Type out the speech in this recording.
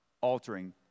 altering